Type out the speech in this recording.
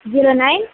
zero nine